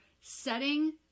setting